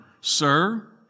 sir